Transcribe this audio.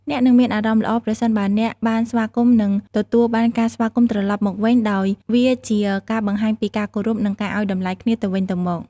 អ្នកនឹងមានអារម្មណ៍ល្អ ប្រសិនបើអ្នកបានស្វាគមន៍និងទទួលបានការស្វាគមន៍ត្រឡប់មកវិញ ដោយវាជាការបង្ហាញពីការគោរពនិងការឲ្យតម្លៃគ្នាទៅវិញទៅមក។